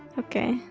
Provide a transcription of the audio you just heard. okay.